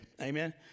Amen